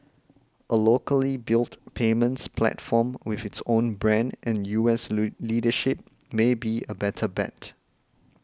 a locally built payments platform with its own brand and U S leadership may be a better bet